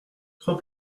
trois